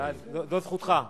זו זכותך.